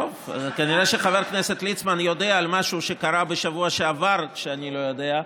כנראה שחבר הכנסת ליצמן יודע על משהו שקרה בשבוע שעבר שאני לא יודע,